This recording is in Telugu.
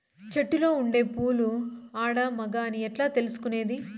చెట్టులో ఉండే పూలు ఆడ, మగ అని ఎట్లా తెలుసుకునేది?